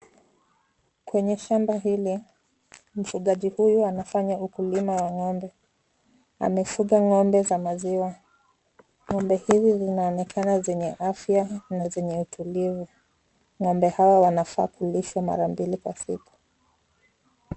Kwenye shamba hili, mfugaji huyu anafanya ukulima wa ng'ombe. Amefuga ng'ombe za maziwa.Ng'ombe hizi zinaonekana zenye afya na zenye utulivu.Ng'ombe hawa wanafaa kulishwa mara mbili kwa siku.